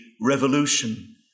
revolution